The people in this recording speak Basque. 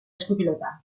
eskupilota